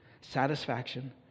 satisfaction